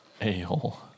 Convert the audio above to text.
A-hole